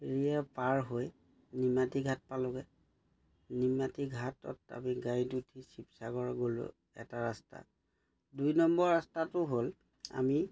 ফেৰিয়ে পাৰ হৈ নিমাটি ঘাট পালোঁগৈ নিমাটি ঘাটত আমি গাড়ীত উঠি শিৱসাগৰ গ'লো এটা ৰাস্তা দুই নম্বৰ ৰাস্তাটো হ'ল আমি